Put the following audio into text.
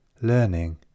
Learning